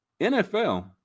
NFL